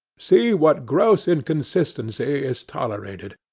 see what gross inconsistency is tolerated.